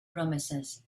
promises